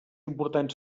important